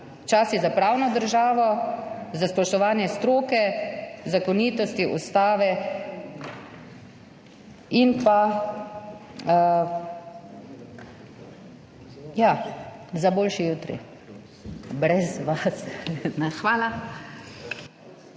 Čas je za pravno državo, za spoštovanje stroke, zakonitosti, ustave in, ja, za boljši jutri. Brez vas. Hvala.